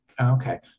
Okay